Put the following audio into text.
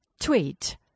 Tweet